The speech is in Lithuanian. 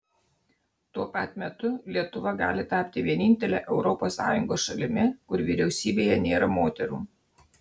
tuo pat metu lietuva gali tapti vienintele europos sąjungos šalimi kur vyriausybėje nėra moterų